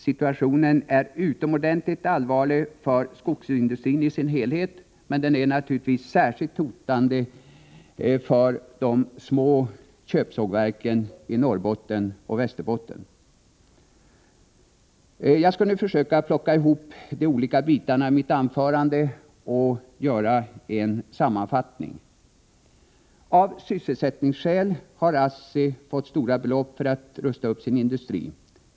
Läget är utomordentligt allvarligt för skogsindustrin i sin helhet, men det är naturligtvis särskilt hotande för de små köpsågverken i Norrbotten och Västerbotten. Jag skall nu försöka plocka ihop de olika bitarna i mitt anförande och göra en sammanfattning. Av sysselsättningsskäl har ASSI fått stora belopp för att rusta upp sin industri.